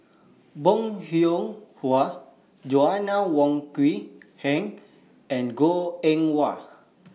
Bong Hiong Hwa Joanna Wong Quee Heng and Goh Eng Wah